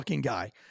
guy